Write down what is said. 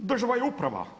Država je uprava.